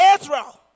Israel